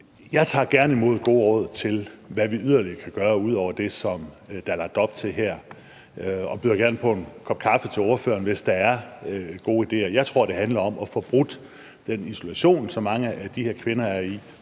Jeg tager gerne imod gode råd til, hvad vi yderligere kan gøre ud over det, som der er lagt op til her. Og jeg byder gerne ordføreren på en kop kaffe, hvis der er gode ideer. Jeg tror, det handler om at få brudt den isolation, som mange af de her kvinder er i,